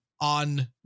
on